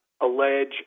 allege